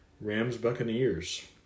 Rams-Buccaneers